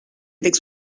avec